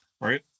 Right